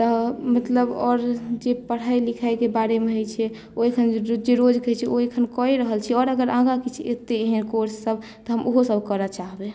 तऽ मतलब आओर जे पढाइ लिखाइके बारेमे होइत छै ओ एखन जे रोजके होइत छै ओ कए रहल छी आओर अगर आगाँ एतै एहन कोर्स सभ तऽ हम ओहो सभ करय चाहबै